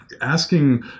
asking